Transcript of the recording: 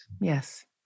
Yes